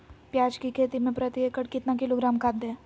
प्याज की खेती में प्रति एकड़ कितना किलोग्राम खाद दे?